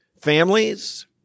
families